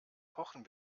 pochen